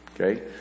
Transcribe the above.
Okay